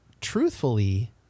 truthfully